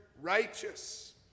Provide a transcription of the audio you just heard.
righteous